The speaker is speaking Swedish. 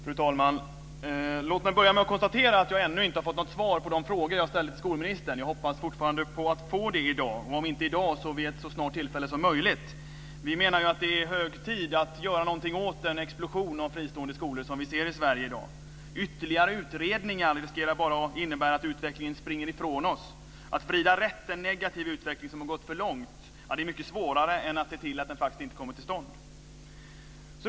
Fru talman! Låt mig börja med att konstatera att jag ännu inte fått något svar på de frågor jag ställde till skolministern. Jag hoppas fortfarande på att få det i dag, och om inte i dag, så snart som möjligt. Vi menar att det är hög tid att göra någonting åt den explosion av fristående skolor som vi ser i Sverige i dag. Ytterligare utredningar riskerar bara att innebära att utvecklingen springer ifrån oss. Att vrida rätt en negativ utveckling som har gått för långt är mycket svårare än att se till att den faktiskt inte kommer till stånd.